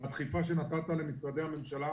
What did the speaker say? והדחיפה שנתת למשרדי הממשלה,